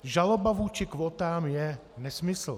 Žaloba vůči kvótám je nesmysl.